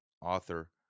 author